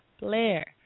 Blair